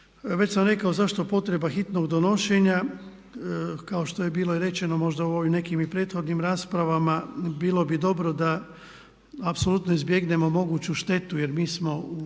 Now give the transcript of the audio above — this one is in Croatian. Već sam rekao zašto potreba hitnog donošenja, kao što je bilo i rečeno možda u ovim nekim i prethodnim raspravama bilo bi dobro da apsolutno izbjegnemo moguću štetu jer mi smo